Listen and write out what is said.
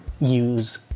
use